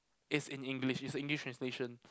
it's in English it's a English translation